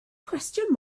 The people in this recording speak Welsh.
cwestiwn